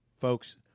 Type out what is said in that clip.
Folks